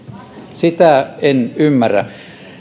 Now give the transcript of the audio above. sitä en ymmärrä